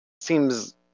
seems